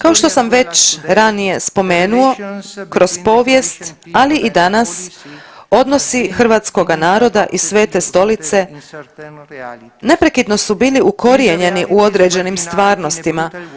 Kao što sam već ranije spomenuo kroz povijest, ali i danas odnosi hrvatskoga naroda i Svete Stolice neprekidno su bili ukorijenjeni u određenim stvarnostima.